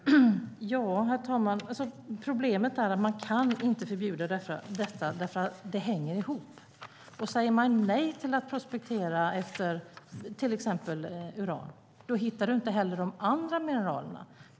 Herr talman! Problemet är att man inte kan förbjuda detta därför att allt hänger ihop. Om man säger nej till att prospektera efter till exempel uran hittar man inte heller de andra mineralerna.